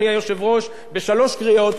תעבור החקיקה הנוגעת לערוץ-10.